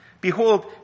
Behold